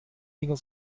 dinger